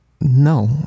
No